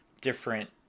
different